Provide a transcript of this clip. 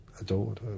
Adored